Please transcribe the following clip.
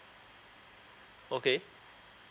okay